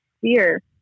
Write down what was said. fear